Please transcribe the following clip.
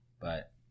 but-